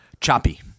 choppy